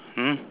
hmm